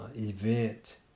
event